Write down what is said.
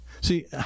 See